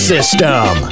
System